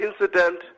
incident